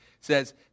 says